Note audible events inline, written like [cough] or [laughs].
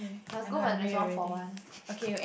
must go when there's one for one [laughs]